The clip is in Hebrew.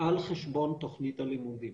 על חשבון תוכנית הלימודים.